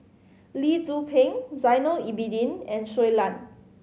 Lee Tzu Pheng Zainal Abidin and Shui Lan